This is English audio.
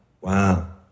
Wow